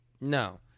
No